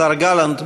השר גלנט,